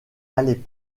allaient